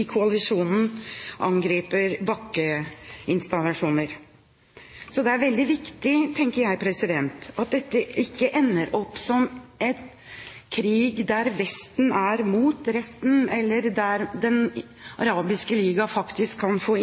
i koalisjonen angriper bakkeinstallasjoner. Det er veldig viktig, tenker jeg, at dette ikke ender opp som en krig der Vesten er mot resten, eller der Den arabiske liga faktisk kan få